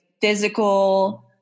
physical